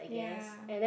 ya